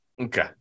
Okay